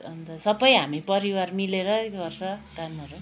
अन्त सबै हामी परिवार मिलेरै गर्छ कामहरू